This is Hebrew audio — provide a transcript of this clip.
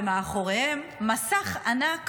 מאחוריהם מסך ענק